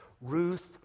Ruth